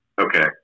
okay